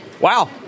wow